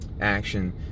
action